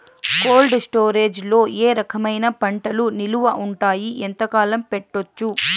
Cold storage లో ఏ రకమైన పంటలు నిలువ ఉంటాయి, ఎంతకాలం పెట్టొచ్చు?